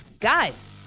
Guys